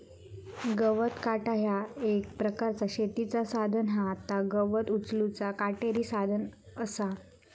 गवत काटा ह्या एक प्रकारचा शेतीचा साधन हा ता गवत उचलूचा काटेरी साधन असा